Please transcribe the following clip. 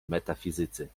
metafizycy